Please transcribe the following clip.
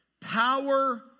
power